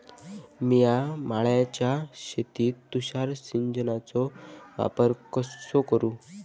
मिया माळ्याच्या शेतीत तुषार सिंचनचो वापर कसो करू?